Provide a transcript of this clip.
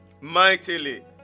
mightily